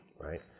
right